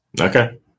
Okay